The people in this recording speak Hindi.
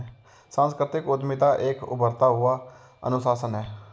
सांस्कृतिक उद्यमिता एक उभरता हुआ अनुशासन है